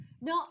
no